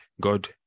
God